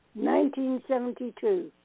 1972